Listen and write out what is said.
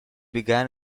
began